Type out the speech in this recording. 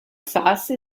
sauce